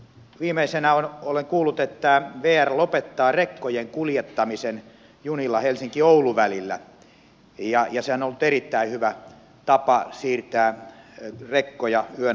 viimeisenä olen kuullut että vr lopettaa rekkojen kuljettamisen junilla helsinkioulu välillä ja sehän on ollut erittäin hyvä tapa siirtää rekkoja yön aikana